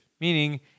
meaning